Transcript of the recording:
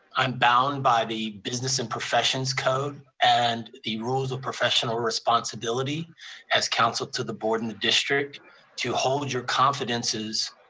i'm bound by the business and professions code, and the rules of professional responsibility as council to the board and the district to hold your confidences.